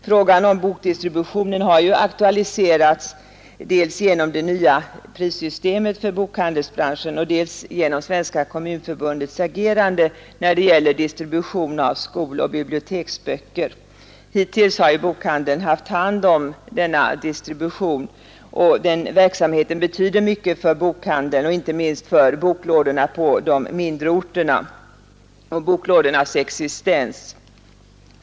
Frågan om bokdistributionen har ju aktualiserats dels genom det nya prissystemet för bokhandelsbranschen, dels genom Svenska kommunförbundets agerande när det gäller distributionen av skoloch biblioteksböcker. Hittills har ju bokhandeln haft hand om denna distribution, och den verksamheten betyder mycket för bokhandeln och inte minst för boklådornas existens på de mindre orterna.